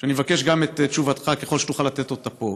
אני מבקש את תשובתך ככל שתוכל לתת אותה פה: